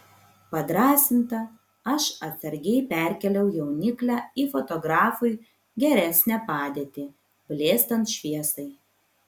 padrąsinta aš atsargiai perkėliau jauniklę į fotografui geresnę padėtį blėstant šviesai